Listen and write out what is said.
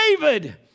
David